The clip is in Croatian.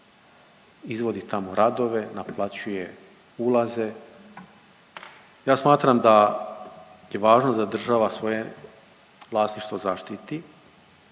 izvodi tamo radove, naplaćuje ulaze. Ja smatram da je važno da država svoje vlasništvo zaštiti